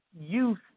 youth